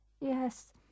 Yes